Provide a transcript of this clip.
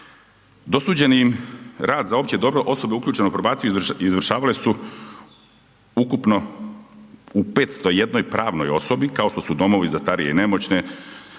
Dosuđeni im rad za opće dobro, osobe uključene u probaciju, izvršavale su ukupno u 501 pravnoj osobi kao što su domovi za starije i nemoćne,